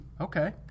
Okay